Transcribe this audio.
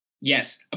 Yes